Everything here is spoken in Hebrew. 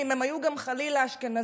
אם הם חלילה היו אשכנזים,